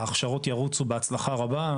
ההכשרות ירוצו בהצלחה רבה,